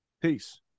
Peace